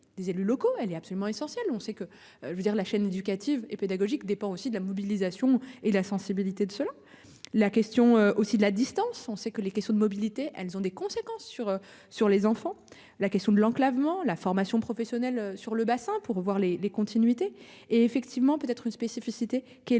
des élus locaux, elle est absolument essentiel. On sait que je veux dire la chaîne éducative et pédagogique dépend aussi de la mobilisation et la sensibilité de ceux-là. La question aussi de la distance. On sait que les questions de mobilité. Elles ont des conséquences sur, sur les enfants. La question de l'enclavement. La formation professionnelle sur le bassin pour voir les les continuités et effectivement peut être une spécificité qui est